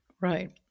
Right